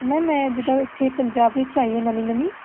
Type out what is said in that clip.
ma'am ਮੈਂ ਜਿੱਦਾਂ ਇੱਥੇ ਪੰਜਾਬ ਵਿੱਚ ਆਈ ਹਾਂ ਨਵੀਂ ਨਵੀਂ